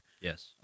yes